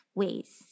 ways